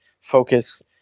focus